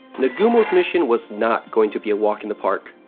nagumo's mission was not going to be a walk in the park.